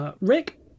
Rick